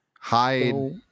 hide